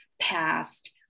past